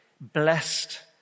blessed